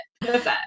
Perfect